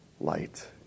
Light